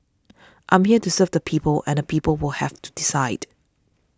I'm here to serve the people and people will have to decide